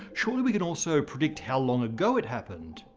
surely we can also predict how long ago it happened.